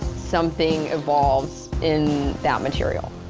something evolves in that material.